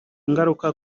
ingaruka